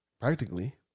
practically